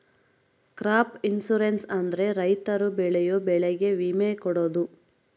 crop insurance ಅಂದ್ರೆ ರೈತರು ಬೆಳೆಯೋ ಬೆಳೆಗೆ ವಿಮೆ ಕೊಡೋದು